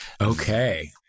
okay